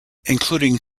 including